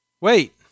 wait